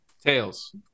tails